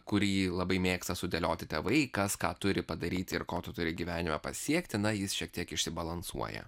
kurį labai mėgsta sudėlioti tėvai kas ką turi padaryti ir ko tu turi gyvenime pasiekti na jis šiek tiek išsibalansuoja